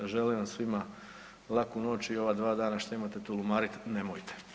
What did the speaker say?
Želim vam svima laku noć i ova 2 dana što imate tulumarit nemojte.